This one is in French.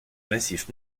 massif